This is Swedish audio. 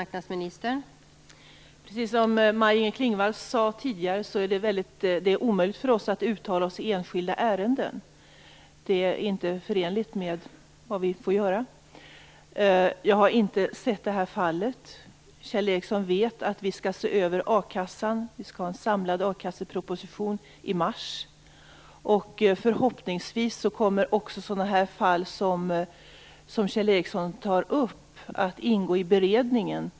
Fru talman! Precis som Maj-Inger Klingvall tidigare sade är det omöjligt för oss att uttala oss i enskilda ärenden. Det är inte förenligt med vad vi får göra. Jag har inte sett det här fallet. Kjell Ericsson vet att vi skall se över a-kassan och att vi får en samlad akasseproposition i mars. Förhoppningsvis kommer också sådana fall som Kjell Ericsson tar upp att ingå i beredningen.